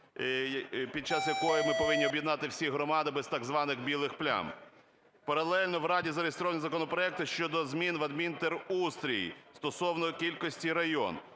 під час якої ми повинні об'єднати всі громади без так званих білих плям. Паралельно в Раді зареєстровані законопроекти щодо змін в адмінтерустрій стосовно кількості районів.